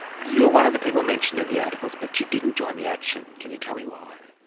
you were one of the people mentioned in the articles, but you didn't join the action. can you tell me why?